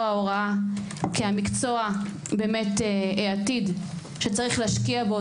ההוראה כמקצוע העתיד שצריך להשקיע בו.